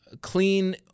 clean